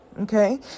okay